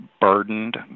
burdened